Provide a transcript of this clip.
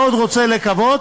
מאוד רוצה לקוות,